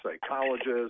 psychologists